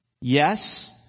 yes